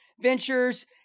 ventures